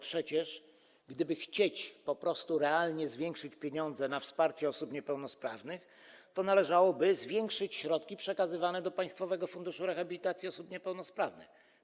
Przecież gdyby chcieć po prostu realnie zwiększyć pieniądze na wsparcie osób niepełnosprawnych, to należałoby zwiększyć środki przekazywane do Państwowego Funduszu Rehabilitacji Osób Niepełnosprawnych.